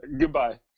Goodbye